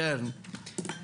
ואני אבקש גם להתייחס.